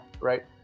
right